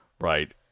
right